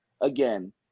Again